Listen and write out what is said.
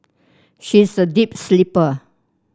she is a deep sleeper